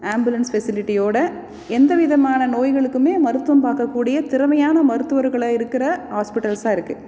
ambulance ஃபெசிலிட்டியோடு எந்தவிதமான நோய்களுக்குமே மருத்துவம் பார்க்கக்கூடிய திறமையான மருத்துவர்கள் இருக்கிற ஹாஸ்பிட்டல்ஸாக இருக்குது